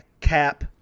cap